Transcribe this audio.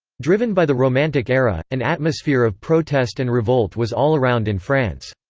driven by the romantic era, an atmosphere of protest and revolt was all around in france.